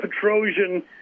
Petrosian